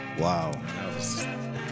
wow